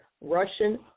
Russian